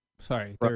Sorry